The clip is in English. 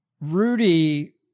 Rudy